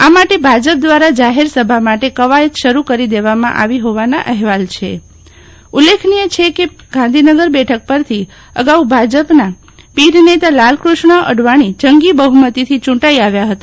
આમાટે ભાજપ દ્વારા જાહેર સભા માટે કવાયત શરુ કરી દેવામાં આવી હોવાના અહેવાલ છે ઉલીખનીય છે કે ગાંધીનગર બેઠક પરથી અગાઉ ભાજપનાં પીઢ નેતા લાલકૃષ્ણ આડવાણી જંગી બફ્મતી થી ચુંટાઇ આવ્યા ફતા